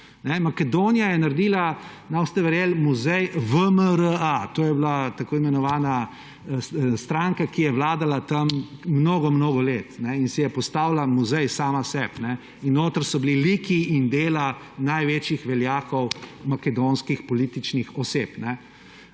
Makedonija je naredila, ne boste verjeli, muzej VMRA, to je bila tako imenovana stranka, ki je vladala tam mnogo mnogo let in je postavila muzej sama sebi. Notri so bili liki in dela največjih veljakov makedonskih političnih oseb.